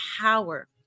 power